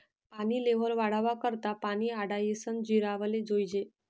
पानी नी लेव्हल वाढावा करता पानी आडायीसन जिरावाले जोयजे